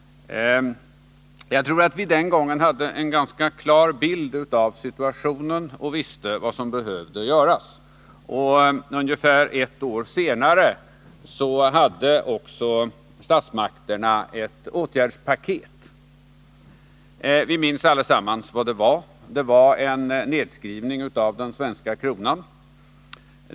Jagtror att vi den gången hade en ganska klar bild av situationen och visste vad som behövde göras. Ungefär ett år senare lade också statsmakterna fram ett åtgärdspaket. Vi minns allesammans vad det innebar: Det var en nedskrivning av den svenska kronan.